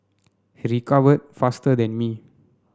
he recovered faster than me